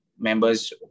members